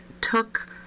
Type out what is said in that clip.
took